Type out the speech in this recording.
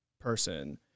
person